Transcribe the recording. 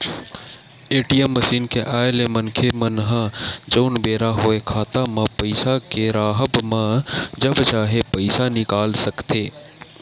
ATM machine के आय ले मनखे मन ह जउन बेरा होय खाता म पइसा के राहब म जब चाहे पइसा निकाल सकथे